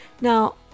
Now